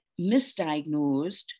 misdiagnosed